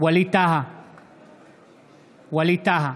ווליד טאהא,